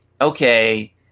okay